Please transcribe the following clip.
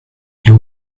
and